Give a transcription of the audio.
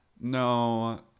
No